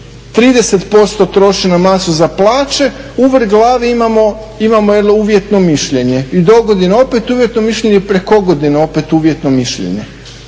30% troše za masu na plaće u vrh glave imamo jedno uvjetno mišljenje i do godine opet uvjetno mišljenje i prekogodine opet uvjetno mišljenje.